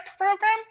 program